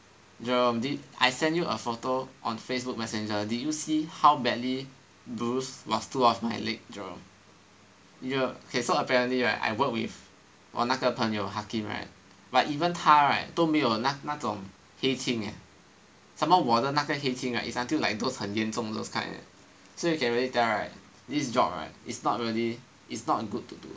Jerome di~ I send you a photo on Facebook messenger did you see how badly bruised was two of my leg Jerome ok so apparently right I work with 我那个朋友 Hakim right but even 他 right 都没有那那种黑青 eh some more 我的那个黑青 right is until like those 很严重 those kind eh so you can really tell right this job right is not really is not good to do